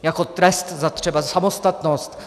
Jako trest třeba za samostatnost.